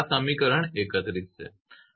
આ સમીકરણ 31 છે